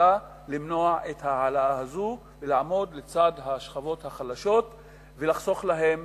הממשלה למנוע את ההעלאה הזאת ולעמוד לצד השכבות החלשות ולחסוך להם